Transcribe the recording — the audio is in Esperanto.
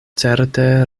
certe